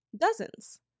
dozens